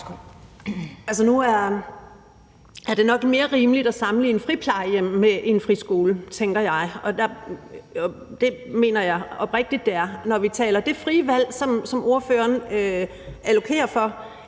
Nu er det nok mere rimeligt at sammenligne friplejehjem med en friskole, tænker jeg, og det mener jeg oprigtigt det er. Når vi taler det frie valg, som ordføreren advokerer for,